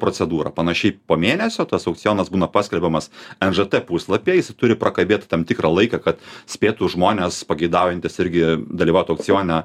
procedūrą panašiai po mėnesio tas aukcionas būna paskelbiamas nžt puslapyje jisai turi prakalbėt tam tikrą laiką kad spėtų žmonės pageidaujantys irgi dalyvaut aukcione